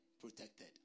protected